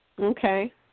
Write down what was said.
Okay